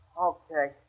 Okay